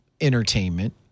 entertainment